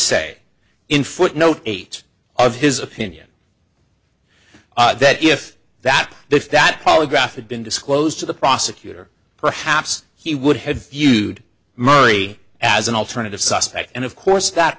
say in footnote eight of his opinion that if that if that polygraph had been disclosed to the prosecutor perhaps he would have viewed murray as an alternative suspect and of course that